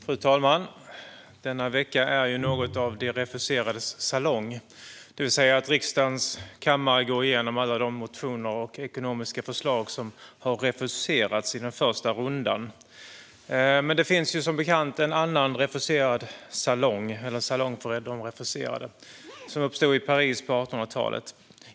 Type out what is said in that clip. Fru talman! Den här veckan är något av de refuserades salong, det vill säga att riksdagens kammare går igenom alla de motioner och ekonomiska förslag som har refuserats i den första rundan. Som bekant har det funnits en annan salong för de refuserade. Den uppstod i Paris på 1800-talet.